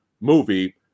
movie